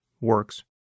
works